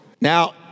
Now